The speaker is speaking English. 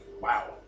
wow